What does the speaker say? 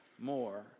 More